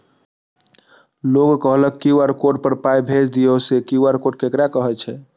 लोग कहलक QR code पर पाय भेज दियौ से क्यू.आर कोड ककरा कहै छै?